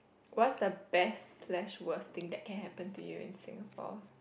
what's the best slash worst thing that can happen to you in Singapore